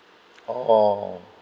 oh